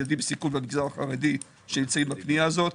ילדים בסיכון במגזר החרדי בפנייה הזו.